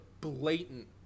blatant